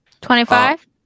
Twenty-five